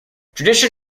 tradition